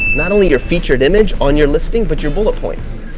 not only your featured image on your listing but your bullet points.